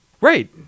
Right